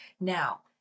Now